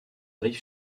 rive